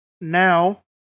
now